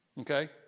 okay